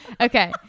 okay